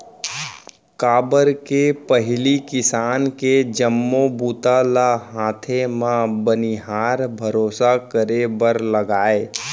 काबर के पहिली किसानी के जम्मो बूता ल हाथे म बनिहार भरोसा करे बर लागय